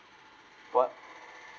what